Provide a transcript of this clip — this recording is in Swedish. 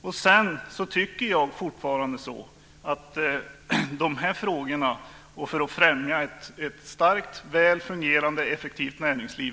Jag tycker fortfarande att vi måste se till helheten för att främja ett starkt, väl fungerande och effektivt näringsliv.